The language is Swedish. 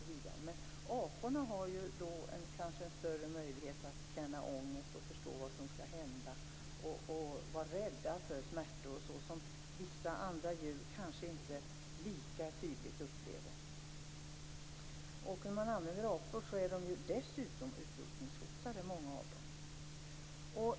Men aporna har kanske en större möjlighet att känna ångest, att förstå vad som skall hända och att vara rädda för smärtor. Vissa andra djur kanske inte upplever det lika tydligt. Många av aporna är dessutom utrotningshotade.